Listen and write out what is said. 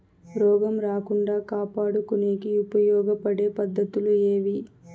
రోగం రాకుండా కాపాడుకునేకి ఉపయోగపడే పద్ధతులు ఏవి?